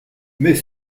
mais